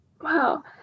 Wow